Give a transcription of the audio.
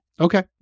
Okay